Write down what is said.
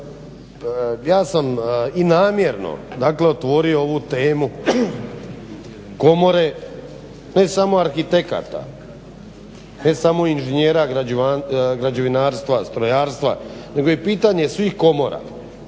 Ja sam i namjerno, dakle otvorio ovu temu komore ne samo arhitekata, ne samo inženjera građevinarstva, strojarstva, nego je pitanje svih komora,